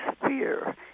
fear